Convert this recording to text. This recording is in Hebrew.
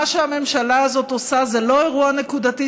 מה שהממשלה הזאת עושה זה לא אירוע נקודתי,